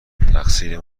تقصیر